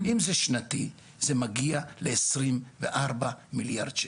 אם זה שנתי, זה מגיע לעשרים וארבע מיליארד שקל.